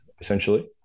essentially